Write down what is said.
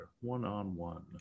One-on-one